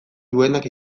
duenak